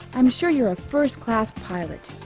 i'm sure you're a first-class pilot